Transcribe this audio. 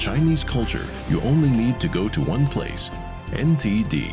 chinese culture you only need to go to one place in